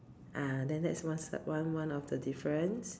ah then that's one one of the difference